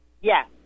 Yes